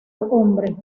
hombre